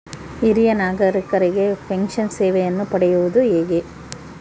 ಹಿರಿಯ ನಾಗರಿಕರಿಗೆ ಪೆನ್ಷನ್ ಸೇವೆಯನ್ನು ಪಡೆಯುವುದು ಹೇಗೆ?